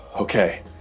Okay